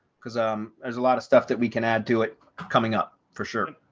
because um there's a lot of stuff that we can add to it coming up for sure.